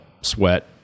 sweat